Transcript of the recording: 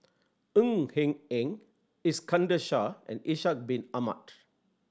Ng Hen Eng Iskandar Shah and Ishak Bin Ahmad